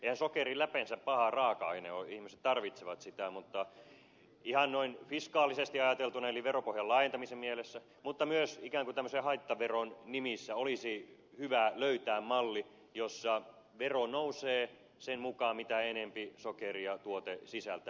eihän sokeri läpeensä paha raaka aine ole ihmiset tarvitsevat sitä mutta ihan noin fiskaalisesti ajateltuna eli veropohjan laajentamisen mielessä mutta myös ikään kuin tämmöisen haittaveron nimissä olisi hyvä löytää malli jossa vero nousee sen mukaan mitä enempi sokeria tuote sisältää